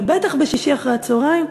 ובטח בשישי אחרי-הצהריים,